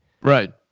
right